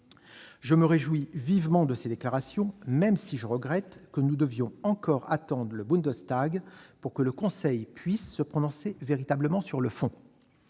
Je me réjouis vivement de ces déclarations, même si je regrette que nous devions encore attendre le Bundestag pour que le Conseil puisse se prononcer véritablement sur le fond.